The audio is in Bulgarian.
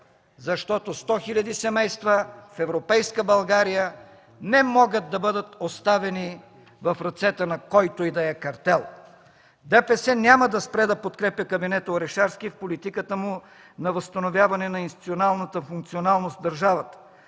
защото 100 хил. семейства в европейска България не могат да бъдат оставени в ръцете на който и да е картел! Движението за права и свободи няма да спре да подкрепя кабинета Орешарски в политиката му на възстановяване на институционалната функционалност в държавата,